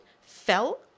fell